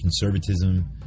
conservatism